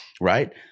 right